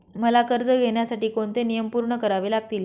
मला कर्ज घेण्यासाठी कोणते नियम पूर्ण करावे लागतील?